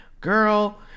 girl